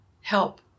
help